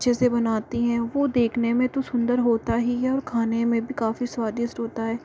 अच्छे से बनाती हैं वह देखने में तो सुन्दर होता ही है और खाने में भी काफी स्वादिष्ट होता है